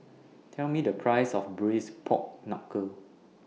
Tell Me The Price of Braised Pork Knuckle